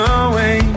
away